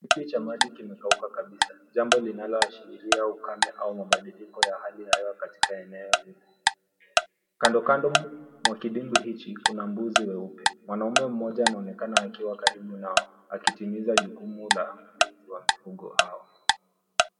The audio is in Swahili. Kidimbwi cha maji kimekauka kabisa. Jambo linaloashiria ukame au mabadiliko ya hali hewa katika eneo hili. Kando kando mwa kidimbwi hiki kuna mbuzi weupe. Mwanaume mmoja anaonekana akiwa karibu nao akitimiza jukumu la ulinzi wa mifugo hawa.